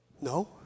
No